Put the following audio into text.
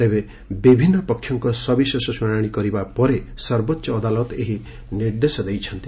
ତେବେ ବିଭିନ୍ନ ପକ୍ଷଙ୍କ ସବିଶେଷ ଶୁଣାଣି କରିବା ପରେ ସର୍ବୋଚ୍ଚ ଅଦାଲତ ଏହି ନିର୍ଦ୍ଦେଶ ଦେଇଛନ୍ତି